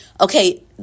Okay